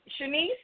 Shanice